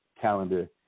calendar